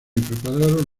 prepararon